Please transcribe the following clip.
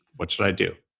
what should i do?